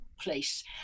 place